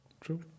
True